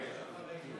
אבל יש עוד דוברים.